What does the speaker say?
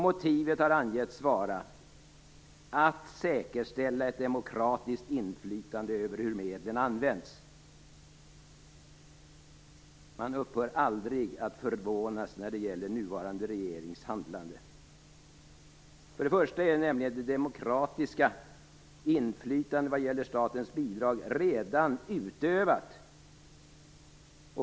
Motivet har angivits vara "att säkerställa ett demokratiskt inflytande över hur medlen används". Man upphör aldrig att förvånas över den nuvarande regeringens handlande. För det första är nämligen det demokratiska inflytandet vad gäller statens bidrag redan utövat.